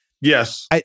Yes